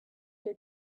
your